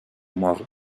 mort